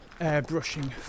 airbrushing